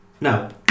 Now